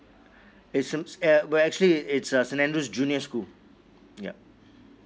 it's uh well actually it it's uh st andrew's junior school yup